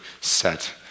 set